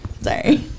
sorry